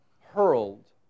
hurled